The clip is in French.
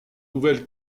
nouvelle